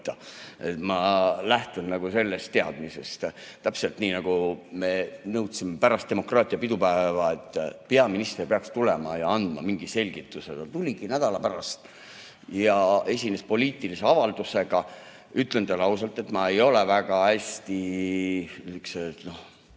Ma lähtun sellest teadmisest. Täpselt nii, nagu me nõudsime pärast demokraatia pidupäeva, et peaminister peaks tulema ja andma mingi selgituse. Ta tuligi nädala pärast ja esines poliitilise avaldusega. Ütlen teile ausalt, et ma ei ole väga suur